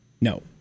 No